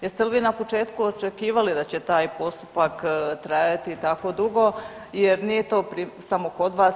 Jeste li vi na početku očekivali da će taj postupak trajati tako dugo, jer nije to samo kod vas.